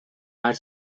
are